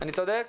אני צודק?